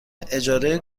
اجاره